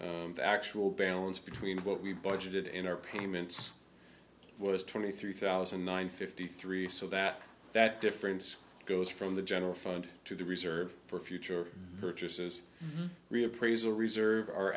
to the actual balance between what we budgeted in our payments was twenty three thousand and nine fifty three so that that difference goes from the general fund to the reserve for future purchases reappraisal reserve